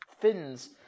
fins